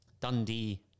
Dundee